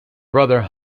brother